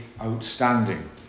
outstanding